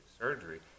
surgery